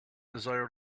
desire